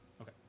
Okay